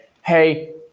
hey